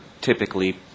typically